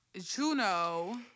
Juno